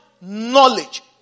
knowledge